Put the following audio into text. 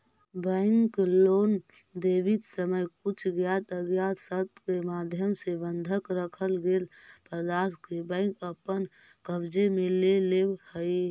bank loan देवित समय कुछ ज्ञात अज्ञात शर्त के माध्यम से बंधक रखल गेल पदार्थ के बैंक अपन कब्जे में ले लेवऽ हइ